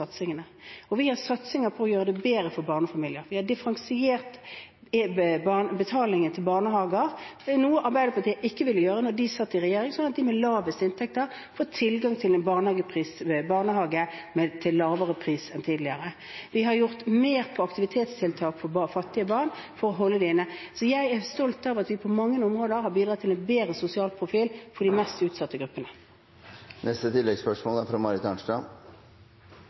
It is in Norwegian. Vi har satsinger for å gjøre det bedre for barnefamilier, og vi har differensiert betalingen for barnehager – noe Arbeiderpartiet ikke ville gjøre da de satt i regjering – sånn at de med lavest inntekt får tilgang til barnehager til lavere pris enn tidligere, og vi har gjort mer på aktivitetstiltak for fattige barn, så jeg er stolt av at vi på mange områder har bidratt til en bedre sosial profil for de mest utsatte